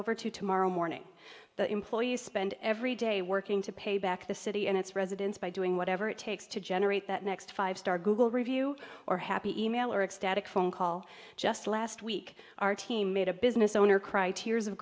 over to tomorrow morning that employees spend every day working to pay back the city and its residents by doing whatever it takes to generate that next five star google review or happy email or ecstatic phone call just last week our team made a business owner cry tears of